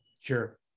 Sure